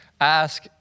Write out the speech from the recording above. ask